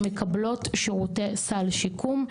שמקבלות שירותי סל שיקום.